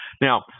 Now